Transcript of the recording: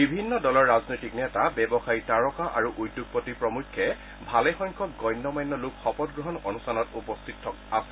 বিভিন্ন দলৰ ৰাজনৈতিক নেতা ব্যৱসায়ী তাৰকা আৰু উদ্যোগপতি প্ৰমুখ্যে ভালেসংখ্যক গণ্য মান্য লোক শপত গ্ৰহণ অনুষ্ঠানত উপস্থিত থকাৰ সম্ভাৱনা আছে